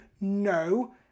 no